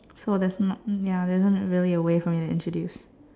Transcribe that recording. so that's not ya there's isn't really a way for me to introduce